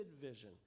vision